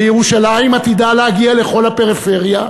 וירושלים עתידה להגיע לכל הפריפריה,